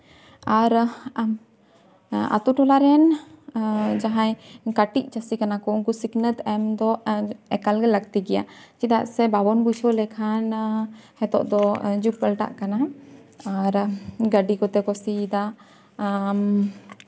ᱟᱨ ᱟᱹᱛᱩ ᱴᱚᱞᱟ ᱨᱮᱱ ᱡᱟᱦᱟᱸᱭ ᱠᱟᱹᱴᱤᱡ ᱪᱟᱹᱥᱤ ᱠᱟᱱᱟ ᱠᱚ ᱩᱱᱠᱩ ᱥᱤᱠᱷᱱᱟᱹᱛ ᱮᱢ ᱫᱚ ᱮᱠᱟᱞᱜᱮ ᱞᱟᱹᱠᱛᱤ ᱜᱮᱭᱟ ᱪᱮᱫᱟᱜ ᱥᱮ ᱵᱟᱵᱚᱱ ᱵᱩᱡᱷᱟᱹᱣ ᱞᱮᱠᱷᱟᱱ ᱱᱤᱛᱳᱜ ᱫᱚ ᱡᱩᱜᱽ ᱯᱟᱞᱴᱟᱜ ᱠᱟᱱᱟ ᱜᱟᱹᱰᱤ ᱠᱚᱛᱮ ᱠᱚ ᱥᱤᱭᱮᱫᱟ